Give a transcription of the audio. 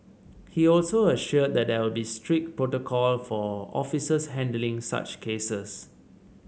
he also assured that there will be strict protocol for officers handling such cases